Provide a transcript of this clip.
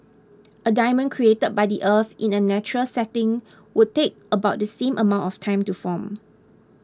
a diamond created by the earth in a natural setting would take about the same amount of time to form